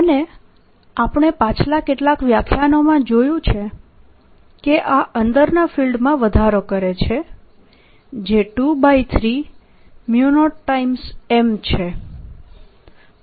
અને આપણે પાછલા કેટલાક વ્યાખ્યાનોમાં જોયું કે આ અંદરના ફિલ્ડમાં વધારો કરે છે જે 230M છે